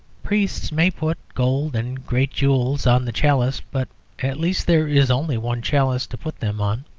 priests may put gold and great jewels on the chalice but at least there is only one chalice to put them on.